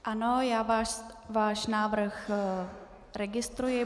Ano, já váš návrh registruji.